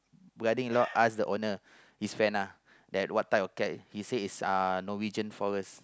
brother-in-law ask the owner his friend ah that what type of cat he say is uh Norwegian-Forest